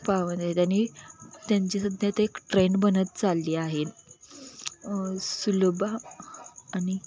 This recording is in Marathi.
पावत आहेत आणि त्यांची सध्या ते एक ट्रेंड बनत चालली आहे सुलभ आणि